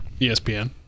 espn